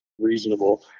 reasonable